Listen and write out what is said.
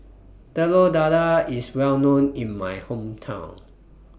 Telur Dadah IS Well known in My Hometown